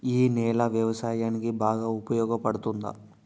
ఈ నేల వ్యవసాయానికి బాగా ఉపయోగపడుతుందా?